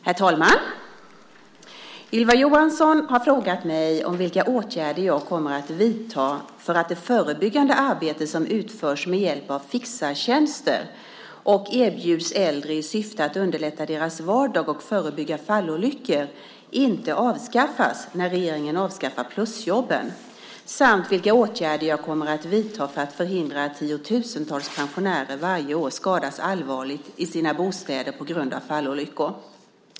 Herr talman! Ylva Johansson har frågat mig vilka åtgärder jag kommer att vidta för att det förebyggande arbete som utförs med hjälp av "fixartjänster" och som erbjuds äldre i syfte att underlätta deras vardag och förebygga fallolyckor inte avskaffas när regeringen avskaffar plusjobben samt vilka åtgärder jag kommer att vidta för att förhindra att tiotusentals pensionärer varje år skadas allvarligt i sina bostäder på grund av fallolyckor.